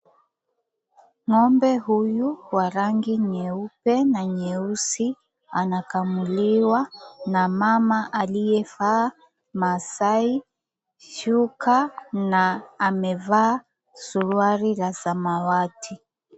Ng'ombe huyu wa rangi nyeupe na nyeusi anakamuliwa na mama aliyevaa maasai, shuka na amevaa suruali ya samawati.